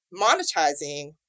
monetizing